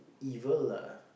evil lah